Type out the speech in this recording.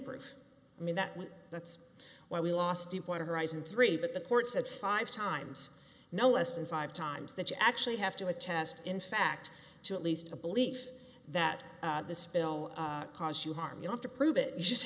proof i mean that that's why we lost deepwater horizon three but the court said five times no less than five times that you actually have to attest in fact to at least a belief that this bill cause you harm you have to prove it you just